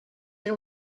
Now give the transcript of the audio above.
era